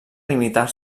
limitar